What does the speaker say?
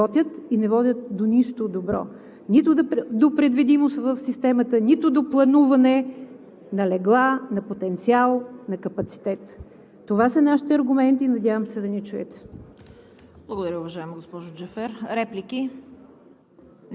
Защото през всичките години показаха, че не работят и не водят до нищо добро – нито до предвидимост в системата, нито до плануване на легла, на потенциал, на капацитет. Това са нашите аргументи. Надявам се да ни чуете.